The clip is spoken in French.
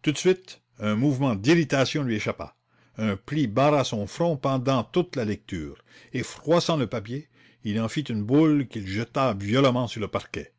tout de suite un mouvement d'irritation lui échappa un pli barra son front pendant toute la lecture et froissant le papier il en fit une boule qu'il jeta violemment sur le parquet